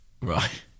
Right